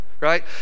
right